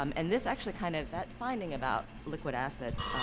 um and this actually kind of that finding about liquid assets,